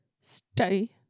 Stay